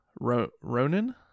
ronan